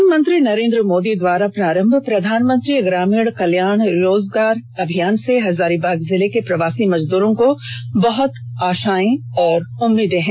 प्रधानमंत्री नरेंद्र मोदी द्वारा प्रारंभ प्रधानमंत्री गरीब कल्याण रोजगार अभियान से हजारीबाग जिले के प्रवासी मजदूरों को बहुत आशा व उम्मीद है